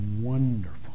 wonderful